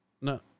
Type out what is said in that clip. no